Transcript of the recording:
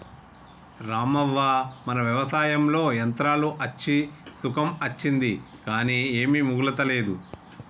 రామవ్వ మన వ్యవసాయంలో యంత్రాలు అచ్చి సుఖం అచ్చింది కానీ ఏమీ మిగులతలేదు